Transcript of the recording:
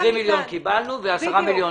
20 מיליון שקלים קיבלנו ו-10 שקלים לא קיבלנו.